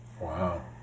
Wow